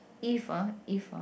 if ah if ah